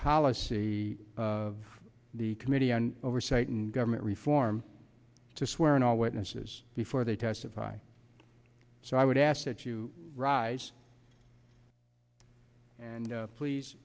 policy of the committee on oversight and government reform to swear in all witnesses before they testify so i would ask that you rise and please